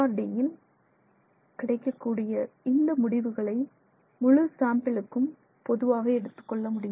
D யில் கிடைக்கக்கூடிய இந்த முடிவுகளை முழு சாம்பிளுக்கும் பொதுவாக எடுத்துக்கொள்ள முடியும்